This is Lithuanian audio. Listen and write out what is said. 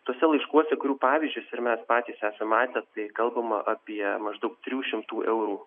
tuose laiškuose kurių pavyzdžius ir mes patys esam matę tai kalbama apie maždaug trijų šimtų eurų